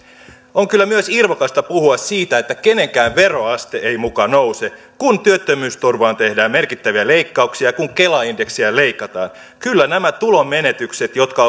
on kyllä myös irvokasta puhua siitä että kenenkään veroaste ei muka nouse kun työttömyysturvaan tehdään merkittäviä leikkauksia ja kun kela indeksiä leikataan kyllä nämä tulonmenetykset jotka